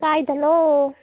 ꯀꯥꯏꯗꯅꯣ